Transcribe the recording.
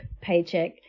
paycheck